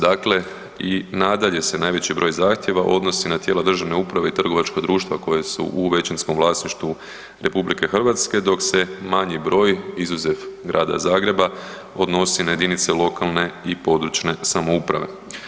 Dakle, i nadalje se najveći broj zahtjeva odnosi na tijela državne uprave i trgovačka društva koja su u većinskom vlasništvu RH dok se manji broj izuzev Grada Zagreba odnosi na jedinice lokalne i područne samouprave.